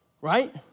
right